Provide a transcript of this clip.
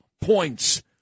points